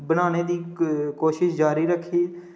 बनाने दी कोशिश जारी रक्खी